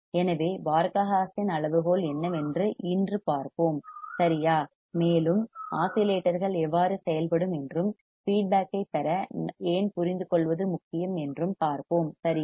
எனவே Barkhausen அளவுகோல் என்னவென்று இன்று பார்ப்போம் சரியா மேலும் ஆஸிலேட்டர்கள் எவ்வாறு செயல்படும் என்றும் ஃபீட்பேக் ஐப் பெற ஏன் புரிந்துகொள்வது முக்கியம் என்றும் பார்ப்போம் சரியா